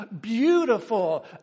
beautiful